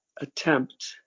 attempt